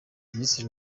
minisitiri